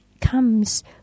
comes